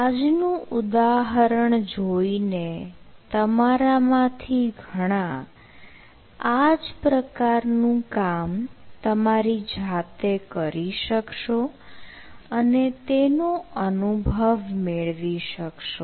આજ નું ઉદાહરણ જોઇને તમારામાંથી ઘણા આજ પ્રકાર નું કામ તમારી જાતે કરી શકશો અને તેનો અનુભવ મેળવી શકશો